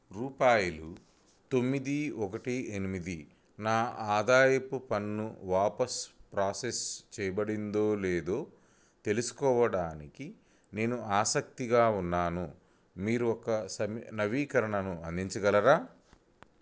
రూపాయలు తొమ్మిది ఒకటి ఎనిమిది నా ఆదాయపు పన్ను వాపస్ ప్రాసెస్ చేయబడిందో లేదో తెలుసుకోవడానికి నేను ఆసక్తిగా ఉన్నాను మీరు ఒక నవీకరణను అందించగలరా